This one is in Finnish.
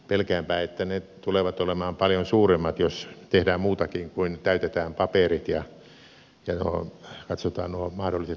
pelkäänpä että ne tulevat olemaan paljon suuremmat jos tehdään muutakin kuin täytetään paperit ja katsotaan nuo mahdolliset rakennepiirustukset